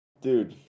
Dude